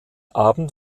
abend